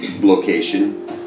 location